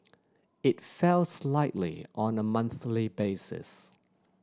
it fell slightly on a monthly basis